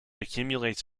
accumulates